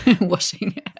washing